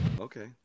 Okay